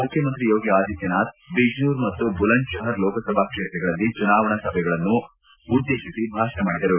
ಮುಖ್ಯಮಂತ್ರಿ ಯೋಗಿ ಆದಿತ್ಯನಾಥ್ ಬಿಜ್ನೂರ್ ಮತ್ತು ಬುಲಂದತಹರ್ ಲೋಕಸಭಾ ಕ್ಷೇತ್ರಗಳಲ್ಲಿ ಚುನಾವಣಾ ಸಭೆಗಳಲ್ಲಿ ಭಾಷಣ ಮಾಡಿದರು